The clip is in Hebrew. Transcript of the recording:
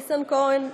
ניסנקורן,